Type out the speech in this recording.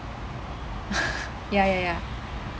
ya ya ya